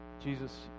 Jesus